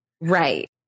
Right